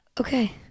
Okay